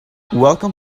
welcome